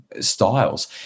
styles